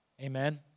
Amen